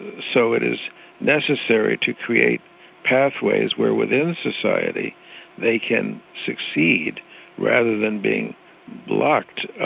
so it is necessary to create pathways where within society they can succeed rather than being blocked,